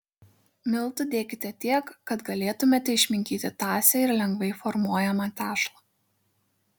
miltų dėkite tiek kad galėtumėte išminkyti tąsią ir lengvai formuojamą tešlą